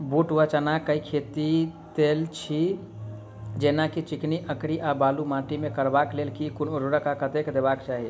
बूट वा चना केँ खेती, तेल छी जेना की चिकनी, अंकरी आ बालू माटि मे करबाक लेल केँ कुन उर्वरक आ कतेक देबाक चाहि?